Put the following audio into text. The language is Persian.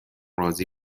راضی